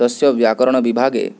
तस्य व्याकरणविभागे